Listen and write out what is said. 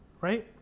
right